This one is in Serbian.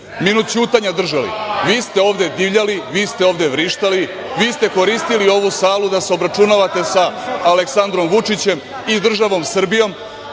minut ćutanja držali? Vi ste ovde divljali, vi ste ovde vrištali, vi ste koristili ovu salu da se obračunavate sa Aleksandrom Vučićem i državom Srbijom,